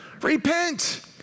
repent